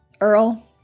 Earl